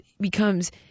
becomes